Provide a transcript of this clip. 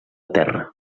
terra